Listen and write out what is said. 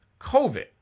COVID